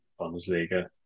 Bundesliga